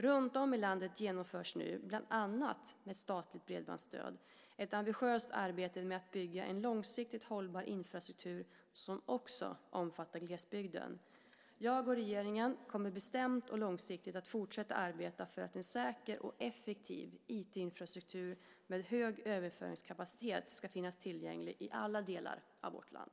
Runtom i landet genomförs nu, bland annat med statligt bredbandsstöd, ett ambitiöst arbete med att bygga en långsiktigt hållbar infrastruktur som också omfattar glesbygden. Jag och regeringen kommer bestämt och långsiktigt att fortsätta arbeta för att en säker och effektiv IT-infrastruktur med hög överföringskapacitet ska finnas tillgänglig i alla delar av vårt land.